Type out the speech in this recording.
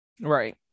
right